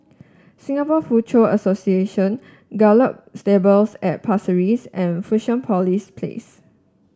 Singapore Foochow Association Gallop Stables at Pasir Ris and Fusionopolis Place